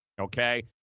okay